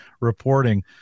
reporting